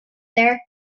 there